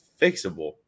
fixable